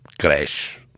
crash